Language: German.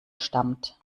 stammt